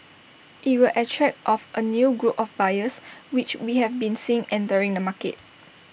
IT will attract of A new group of buyers which we have been seeing entering the market